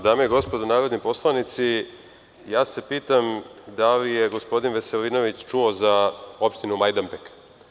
Dame i gospodo narodni poslanici, pitam se da li je gospodin Veselinović čuo za opštinu Majdanpek.